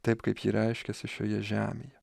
taip kaip ji reiškiasi šioje žemėje